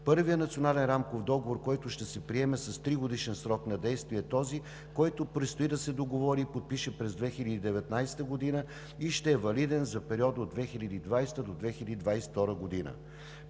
Първият Национален рамков договор, който ще се приеме с тригодишен срок на действие, е този, който предстои да се договори и подпише през 2019 г. и ще е валиден за периода от 2020 до 2022 г.